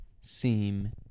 seem